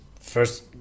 first